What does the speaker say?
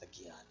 again